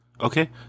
Okay